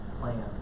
plan